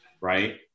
Right